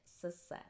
success